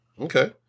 Okay